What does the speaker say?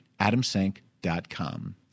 adamsank.com